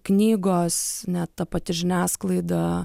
knygos ne ta pati žiniasklaida